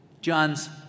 John's